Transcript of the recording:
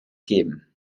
geben